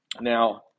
Now